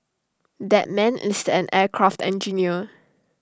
that man is an aircraft engineer